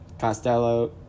Costello